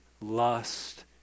lust